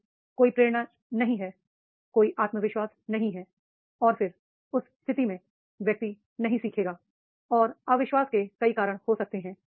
यदि कोई प्रेरणा नहीं है कोई आत्मविश्वास नहीं है और फिर उस स्थिति में व्यक्ति नहीं सीखेगा और अविश्वास के कई कारण हो सकते हैं